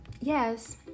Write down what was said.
yes